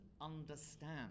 understand